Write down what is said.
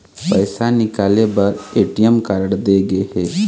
पइसा निकाले बर ए.टी.एम कारड दे गे हे